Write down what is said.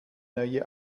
neue